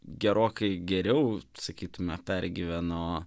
gerokai geriau sakytume pergyveno